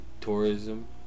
tourism